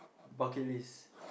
bucket list